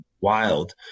wild